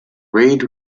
raid